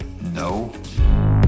No